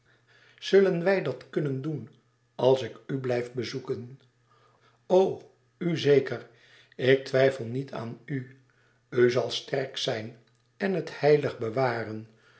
zullen wij dat kunnen doen als ik u blijf bezoeken o u zeker louis couperus extaze een boek van geluk ik twijfel niet aan u u zal sterk zijn en het heilig bewaren